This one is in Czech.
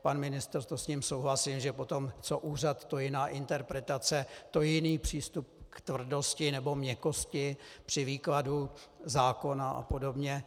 Pan ministr, to s ním souhlasím, že potom co úřad, to jiná interpretace, to jiný přístup k tvrdosti nebo měkkosti při výkladu zákona apod.